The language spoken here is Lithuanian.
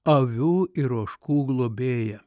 avių ir ožkų globėja